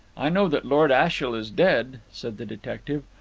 i know that lord ashiel is dead, said the detective.